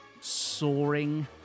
soaring